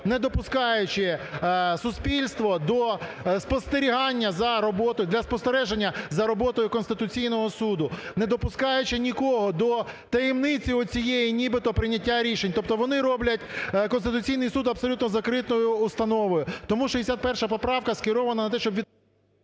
за роботою, для спостереження за роботою Конституційного Суду, не допускаючи нікого до таємниці оцієї нібито прийняття рішень. Тобто вони роблять Конституційний Суд абсолютно закритою установою. Тому 61 поправка скерована на те, щоб від...